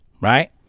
right